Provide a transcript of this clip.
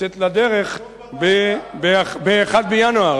לדרך ב-1 בינואר.